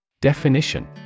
Definition